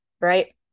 right